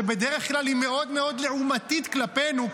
שבדרך כלל היא מאוד מאוד לעומתית כלפינו,